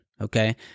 Okay